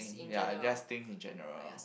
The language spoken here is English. ya I just think with general